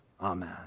amen